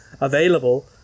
available